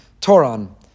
toron